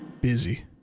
busy